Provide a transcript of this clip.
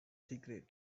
secret